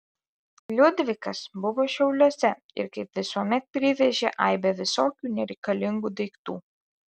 liudvikas buvo šiauliuose ir kaip visuomet privežė aibę visokių nereikalingų daiktų